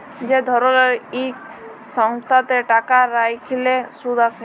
যে ধরলের ইক সংস্থাতে টাকা রাইখলে সুদ আসে